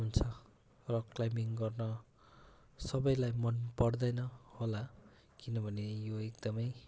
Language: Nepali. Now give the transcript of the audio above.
हुन्छ रक क्लाइम्बिङ गर्न सबैलाई मन पर्दैन होला किनभने यो एकदमै